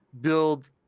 build